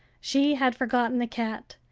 she had forgotten the cat,